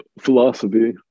philosophy